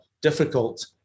difficult